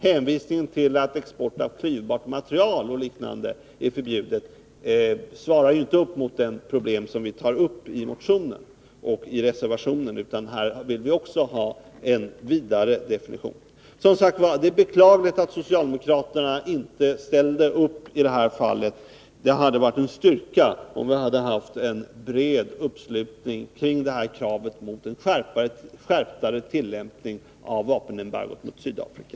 Hänvisningen till att export av klyvbart material är förbjuden är ju inte relevant när det gäller det problem som vi tar upp i motionen och reservationen. Här vill vi också ha en vidare definition. Det är beklagligt att socialdemokraterna inte ställde upp i det här fallet. Det hade varit en styrka om vi hade haft en bred uppslutning kring kravet på en mer skärpt tillämpning av vapenembargot mot Sydafrika.